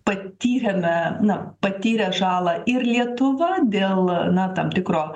patyrėme na patyrė žalą ir lietuva dėl na tam tikro